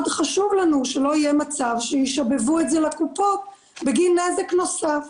מאוד חשוב לנו שלא יהיה מצב שישרבבו את זה לקופות בגין נזק נוסף.